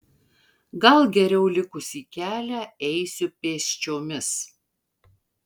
gal geriau likusį kelią eisiu pėsčiomis